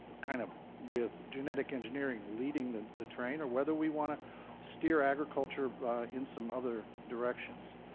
kind of with genetic engineering leading the the train, or whether we want to steer agriculture in some other directions.